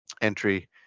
entry